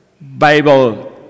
Bible